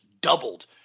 doubled